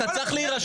רגע, אתה רוצה לדבר?